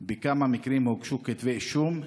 2. בכמה מקרים הוגשו כתבי אישום?